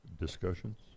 discussions